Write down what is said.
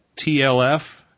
TLF